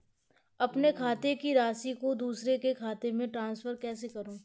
अपने खाते की राशि को दूसरे के खाते में ट्रांसफर कैसे करूँ?